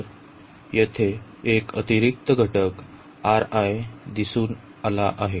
तर येथे एक अतिरिक्त घटक दिसून आला आहे